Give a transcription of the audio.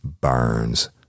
Burns